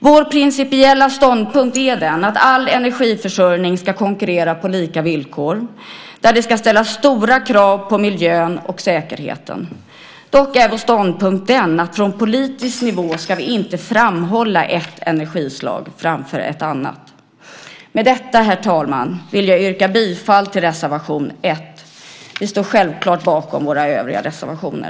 Vår principiella ståndpunkt är den att all energiförsörjning ska konkurrera på lika villkor och att det ska ställas stora krav på miljön och säkerheten. Dock är vår ståndpunkt den att från politisk nivå ska vi inte framhålla ett energislag framför ett annat. Med detta, herr talman, vill jag yrka bifall till reservation 1. Vi står självklart bakom våra övriga reservationer.